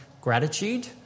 gratitude